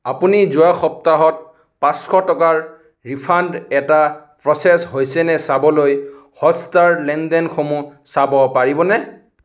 আপুনি যোৱা সপ্তাহত পাঁচশ টকাৰ ৰিফাণ্ড এটা প্ৰ'চেছ হৈছে নে চাবলৈ হটষ্টাৰ লেনদেনসমূহ চাব পাৰিবনে